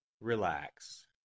Relax